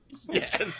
Yes